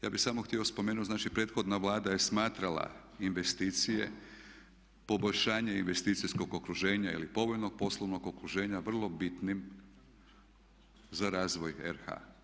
Ja bi samo htio spomenuti, znači prethodna Vlada je smatrala investicije, poboljšanje investicijskog okruženja ili povoljnog poslovnog okruženja vrlo bitnim za razvoj RH.